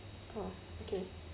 oh okay